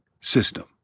system